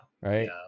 right